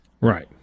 Right